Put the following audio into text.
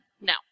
no